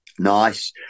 nice